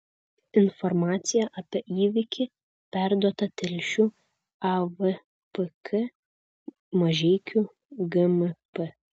informacija apie įvykį perduota telšių avpk mažeikių gmp